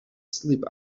sleep